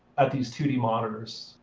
at these two d monitors.